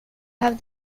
have